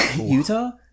Utah